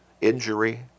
injury